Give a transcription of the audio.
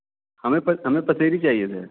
हमें पस हमें पसेरी चाहिए थे